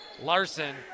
Larson